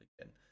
again